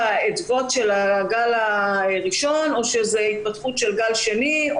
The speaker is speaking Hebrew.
זה עקבות של הגל הראשון או שזה התפתחות של גל שני,